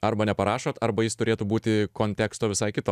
arba neparašot arba jis turėtų būti konteksto visai kito